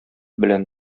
белән